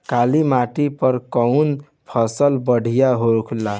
काली माटी पर कउन फसल बढ़िया होला?